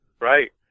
Right